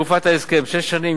תקופת ההסכם: שש שנים,